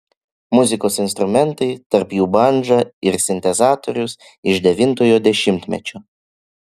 muzikos instrumentai tarp jų bandža ir sintezatorius iš devintojo dešimtmečio